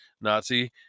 Nazi